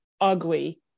ugly